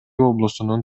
облусунун